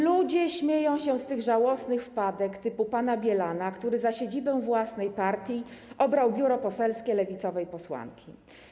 Ludzie śmieją się z tych żałosnych wpadek typu pana Bielana, który za siedzibę własnej partii obrał biuro poselskie lewicowej posłanki.